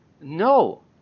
No